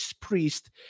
priest